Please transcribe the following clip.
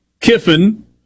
Kiffin